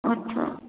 अच्छा